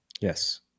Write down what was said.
Yes